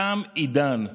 תם עידן.